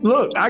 Look